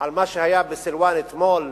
על מה שהיה בסילואן אתמול,